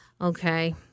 Okay